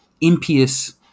impious